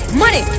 money